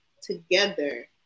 together